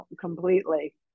completely